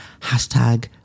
Hashtag